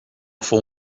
fou